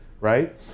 Right